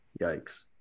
Yikes